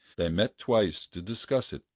they met twice to discuss it,